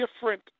different